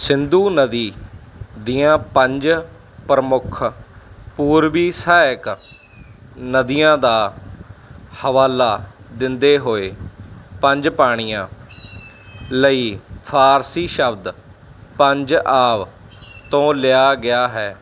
ਸਿੰਧੂ ਨਦੀ ਦੀਆਂ ਪੰਜ ਪ੍ਰਮੁੱਖ ਪੂਰਵੀ ਸਹਾਇਕ ਨਦੀਆਂ ਦਾ ਹਵਾਲਾ ਦਿੰਦੇ ਹੋਏ ਪੰਜ ਪਾਣੀਆਂ ਲਈ ਫਾਰਸੀ ਸ਼ਬਦ ਪੰਜ ਆਵ ਤੋਂ ਲਿਆ ਗਿਆ ਹੈ